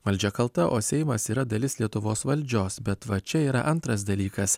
valdžia kalta o seimas yra dalis lietuvos valdžios bet va čia yra antras dalykas